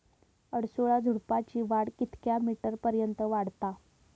अडुळसा झुडूपाची वाढ कितक्या मीटर पर्यंत वाढता?